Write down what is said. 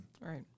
Right